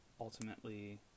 ultimately